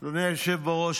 העכשווי,